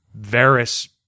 Varys